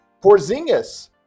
Porzingis